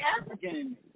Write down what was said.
African